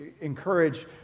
encourage